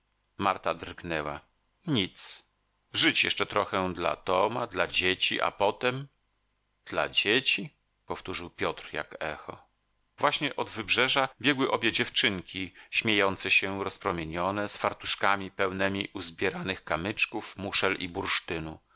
marta drgnęła nic żyć jeszcze trochę dla toma dla dzieci a potem dla dzieci powtórzył piotr jak echo właśnie od wybrzeża biegły obie dziewczynki śmiejące się rozpromienione z fartuszkami pełnemi uzbieranych kamyczków muszel i bursztynu